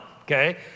okay